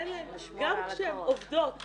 גם כשהן עובדות,